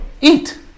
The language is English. Eat